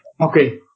Okay